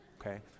Okay